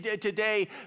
Today